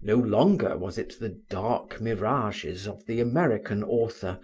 no longer was it the dark mirages of the american author,